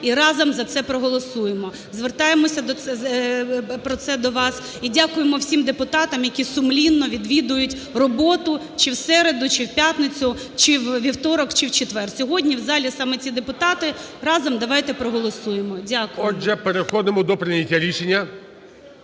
і разом за це проголосуємо. Звертаємося про це до вас. І дякуємо всім депутатам, які сумлінно відвідують роботу чи в середу, чи в п'ятницю, чи у вівторок, чи в четвер. Сьогодні в залі саме ці депутати, разом давайте проголосуємо. Дякую. ГОЛОВУЮЧИЙ. Отже, переходимо до прийняття рішення.